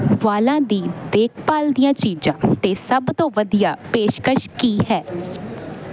ਵਾਲਾਂ ਦੀ ਦੇਖਭਾਲ ਦੀਆਂ ਚੀਜ਼ਾਂ 'ਤੇ ਸਭ ਤੋਂ ਵਧੀਆ ਪੇਸ਼ਕਸ਼ ਕੀ ਹੈ